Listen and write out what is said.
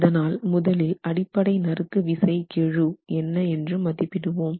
அதனால் முதலில் அடிப்படை நறுக்கு விசை கெழு என்ன என்று மதிப்பிடுவோம்